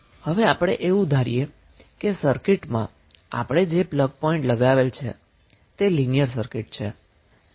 હવે આપણે એવું ધારીએ કે સર્કિટમાં આપણે જે પ્લગ પોઈન્ટ લગાવેલ છે તે લિનીયર સર્કિટ છે